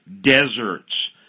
deserts